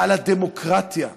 על הדמוקרטיה,